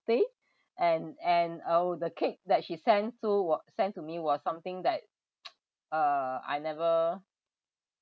and and oh the cake that she sent to were sent to me was something that uh I never